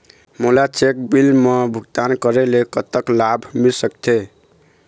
मोला cheque bill मा भुगतान करेले कतक लाभ मिल सकथे?